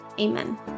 Amen